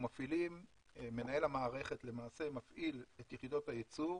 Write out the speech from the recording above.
מנהל המערכת למעשה מפעיל את יחידות הייצור